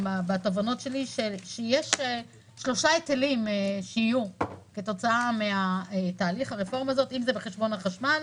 יש שלושה היטלים שיהיו כתוצאה מהרפורמה הזאת: חשמל,